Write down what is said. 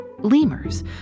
Lemurs